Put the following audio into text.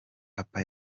papa